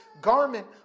garment